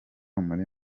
muri